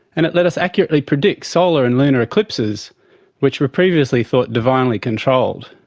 and it let us accurately predict solar and lunar eclipses which were previously thought divinely controlled.